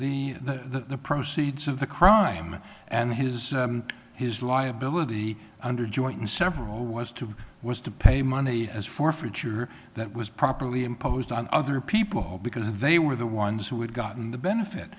obtained the proceeds of the crime and his his liability under the joint and several was to was to pay money as forfeiture that was properly imposed on other people because they were the ones who had gotten the benefit